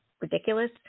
ridiculous